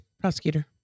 Prosecutor